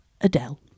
Adele